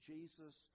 Jesus